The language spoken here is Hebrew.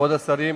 כבוד השרים,